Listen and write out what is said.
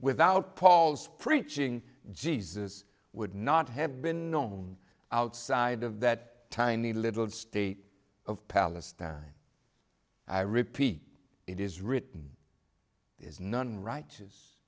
without paul's preaching jesus would not have been known outside of that tiny little state of palestine i repeat it is written is none right